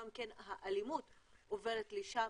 גם כן האלימות עוברת לשם,